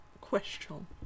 question